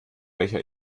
becher